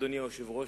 אדוני היושב-ראש,